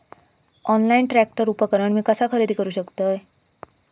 Online tractor उपकरण मी कसा खरेदी करू शकतय?